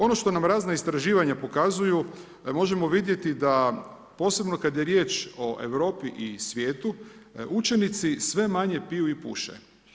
Ono što nam razna istraživanja pokazuju, možemo vidjeti da, posebno kad je riječ o Europi i svijetu, učenici sve manje piju i puše.